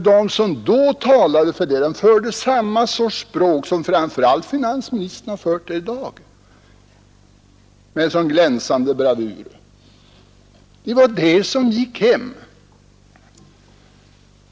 De som då talade för frisläppandet förde samma slags debatt som framför allt finansministern har fört här i dag med sådan glänsande bravur. Det var det talet som gick hem.